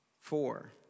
Four